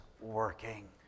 working